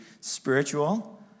spiritual